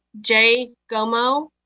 jgomo